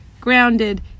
grounded